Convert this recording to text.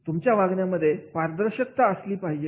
तुमच्या वागण्यामध्ये पारदर्शकता असली पाहिजे